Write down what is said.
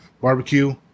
barbecue